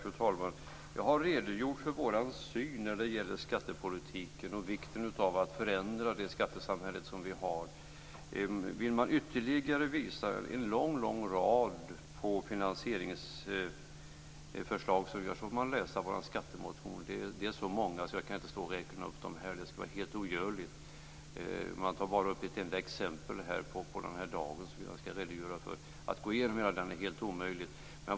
Fru talman! Jag har redogjort för vår syn när det gäller skattepolitiken och vikten av att förändra det skattesamhälle som vi har. Vill man se ytterligare en lång rad finansieringsförslag får man läsa vår skattemotion. De är så många att jag inte kan stå här och räkna upp dem - det skulle vara helt ogörligt.